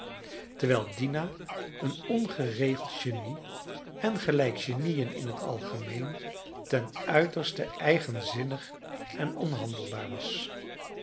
terwijl dina een ongeregeld genie en gelijk genieën in het algemeen ten uiterste eigenzinnig en onhandelbaar was